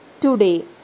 today